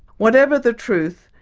whatever the truth,